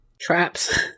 Traps